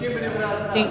מסתפקים בדברי השר.